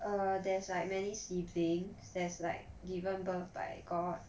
err there's like many sibling there's like given birth by god